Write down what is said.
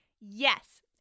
Yes